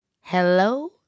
Hello